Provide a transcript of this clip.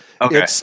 Okay